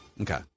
Okay